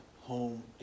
home